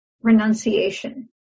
renunciation